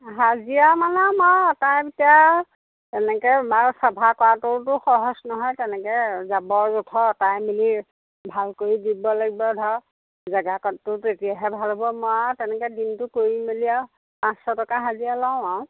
হাজিৰা মানে মই অটাই পিটাই তেনেকৈ বাৰু চাফা কৰাটোওতো সহজ নহয় তেনেকৈ জাবৰ জোথৰ অটাই মেলি ভাল কৰি দিব লাগিব ধৰক জেগাকণটোও তেতিয়াহে ভাল হ'ব মই আৰু তেনেকৈ দিনটো কৰি মেলি আৰু পাঁচশ টকা হাজিৰা লওঁ আৰু